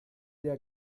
der